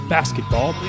Basketball